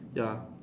ya